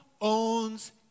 owns